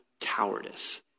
cowardice